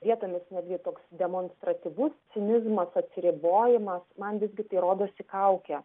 vietomis netgi toks demonstratyvus cinizmas atsiribojimas man visgi tai rodosi kaukė